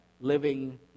living